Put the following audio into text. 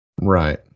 Right